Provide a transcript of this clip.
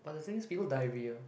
but the thing is people diarrhoea